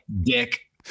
dick